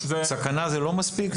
סכנה זה לא מספיק?